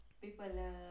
People